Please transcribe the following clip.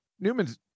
newman's